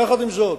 יחד עם זאת,